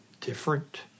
different